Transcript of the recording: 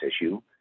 issue